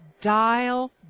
dial